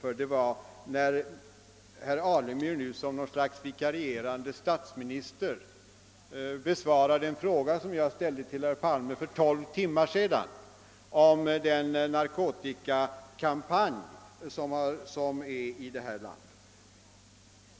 Herr Alemyr har nu som något slags vikarierande statsminister besvarat en fråga som jag ställde till herr Palme för tolv timmar sedan om den upplysningskampanj beträffande narkotika som drivs i landet.